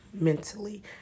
mentally